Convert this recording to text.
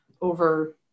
over